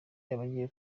abagiye